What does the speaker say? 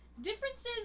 differences